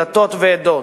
דתות ועדות